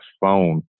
phone